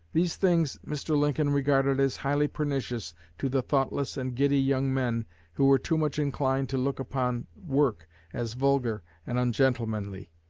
these things mr. lincoln regarded as highly pernicious to the thoughtless and giddy young men who were too much inclined to look upon work as vulgar and ungentlemanly.